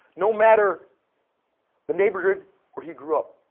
no matter the neighborhood where he grew up.